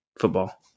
football